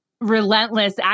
relentless